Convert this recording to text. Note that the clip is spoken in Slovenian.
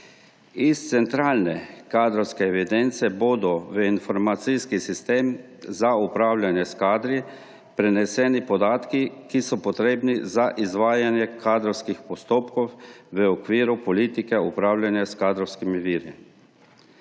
Iz centralne kadrovske evidence bodo v informacijski sistem za upravljanje s kadri preneseni podatki, ki so potrebni za izvajanje kadrovskih postopkov v okviru politike upravljanja s kadrovskimi viri.